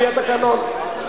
על-פי התקנון.